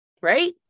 right